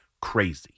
crazy